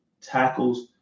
tackles